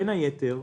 בין היתר,